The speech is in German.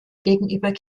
gegenüber